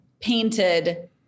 painted